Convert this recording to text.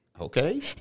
Okay